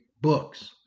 books